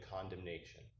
condemnation